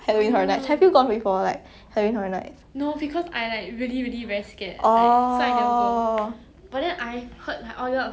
ya ya ya it's very scary like I think the the haunted was like err